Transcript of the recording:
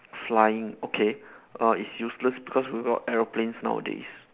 flying okay uh it's useless because we got aeroplanes nowadays